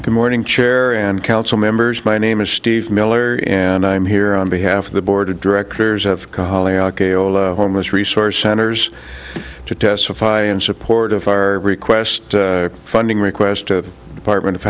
good morning chair and council members my name is steve miller and i'm here on behalf of the board of directors of cali homeless resource centers to testify in support of our request funding request to department of